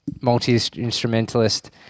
multi-instrumentalist